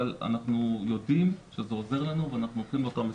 אבל אנחנו יודעים שזה עוזר לנו ואנחנו הולכים לאותם מקומות.